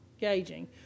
gauging